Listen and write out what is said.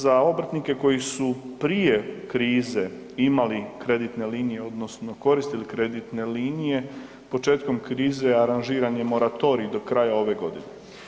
Za obrtnike koji su prije krize imali kreditne linije odnosno koristili kreditne linije, početkom krize aranžiran je moratorij do kraja ove godine.